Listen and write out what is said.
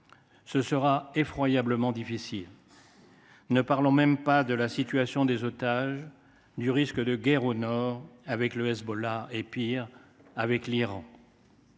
Ce sera effroyablement difficile. Ne parlons même pas de la situation des otages et du risque de guerre au Nord, avec le Hezbollah et, pire, avec l’Iran.